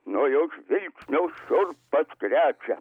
nuo jo žvilgsnio šiurpas krečia